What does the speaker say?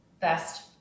best